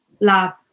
lab